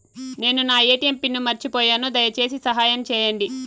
నేను నా ATM pin మర్చిపోయాను, దయచేసి సహాయం చేయండి